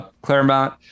Claremont